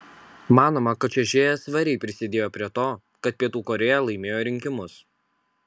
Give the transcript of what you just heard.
manoma kad čiuožėja svariai prisidėjo prie to kad pietų korėja laimėjo rinkimus